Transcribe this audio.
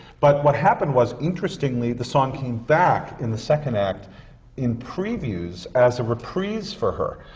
but what happened was, interestingly, the song came back in the second act in previews, as a reprise for her.